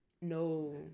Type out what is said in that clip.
No